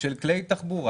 של כלי תחבורה,